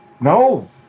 no